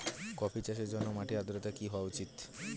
Coffee চাষের জন্য মাটির আর্দ্রতা কি হওয়া উচিৎ?